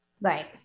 Right